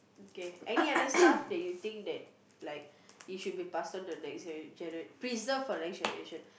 okay any other stuff that you that like it should be passed on to the next like preserved for the next generation